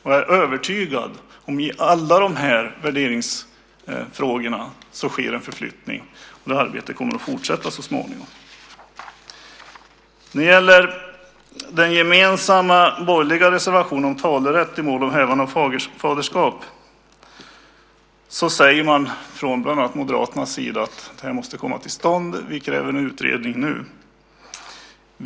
Jag är övertygad om att det sker en förflyttning i alla dessa värderingsfrågor. Arbetet kommer att fortsätta så småningom. Vad gäller den gemensamma borgerliga reservationen om talerätt i mål om hävande av faderskap säger man från bland andra Moderaterna att detta måste komma till stånd, och man kräver att det utreds nu.